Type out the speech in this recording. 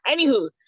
Anywho